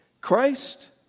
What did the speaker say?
Christ